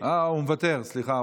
אה, הוא מוותר, סליחה.